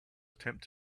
attempt